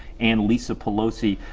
and lisa pelosi.